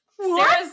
Sarah's